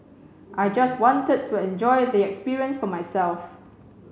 I just wanted to enjoy the experience for myself